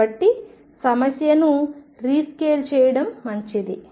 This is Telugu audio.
కాబట్టి సమస్యను రీస్కేల్ చేయడం మంచిది